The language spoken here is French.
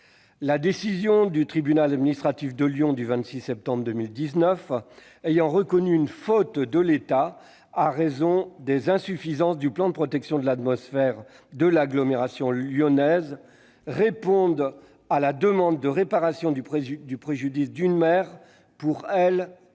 La décision du tribunal administratif de Lyon du 26 septembre 2019 ayant reconnu une faute de l'État à raison des insuffisances du plan de protection de l'atmosphère de l'agglomération lyonnaise répond à la demande de réparation du préjudice d'une mère pour elle